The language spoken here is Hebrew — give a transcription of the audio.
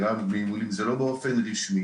לא באופן רשמי,